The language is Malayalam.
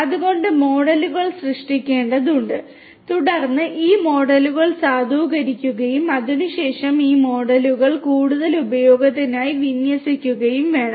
അതിനാൽ മോഡലുകൾ സൃഷ്ടിക്കേണ്ടതുണ്ട് തുടർന്ന് ഈ മോഡലുകൾ സാധൂകരിക്കുകയും അതിനുശേഷം ഈ മോഡലുകൾ കൂടുതൽ ഉപയോഗത്തിനായി വിന്യസിക്കുകയും വേണം